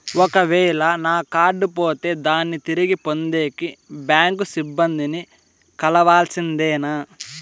ఒక వేల నా కార్డు పోతే దాన్ని తిరిగి పొందేకి, బ్యాంకు సిబ్బంది ని కలవాల్సిందేనా?